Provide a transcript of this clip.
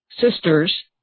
sisters